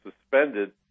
suspended